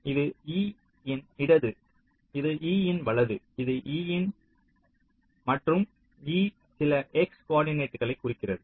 இது e இன் இடது இது e இன் வலது இடது e மற்றும் வலது e சில x கோர்டினேட்களை குறிக்கிறது